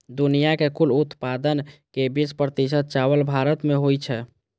दुनिया के कुल उत्पादन के बीस प्रतिशत चावल भारत मे होइ छै